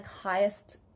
highest